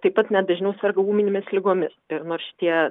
taip pat net dažniau serga ūminėmis ligomis tai ir nors šitie